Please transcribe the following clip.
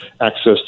access